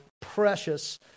precious